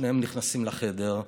שניהם נכנסים לחדר,